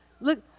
Look